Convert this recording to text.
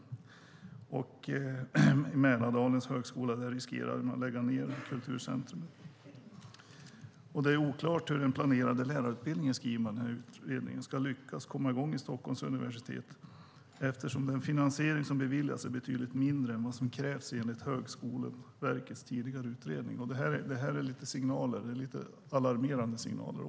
Finskt språk och kulturcentrum vid Mälardalens högskola riskerar att läggas ner." Man skriver vidare: "Det är oklart hur den planerade lärarutbildningen ska lyckas komma i gång vid Stockholms universitet eftersom den finansiering som beviljats är betydligt mindre än den som krävs enligt Högskoleverkets tidigare utredning." Det är lite alarmerande signaler.